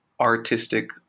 artistic